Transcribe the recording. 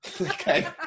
okay